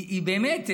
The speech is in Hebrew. באמת,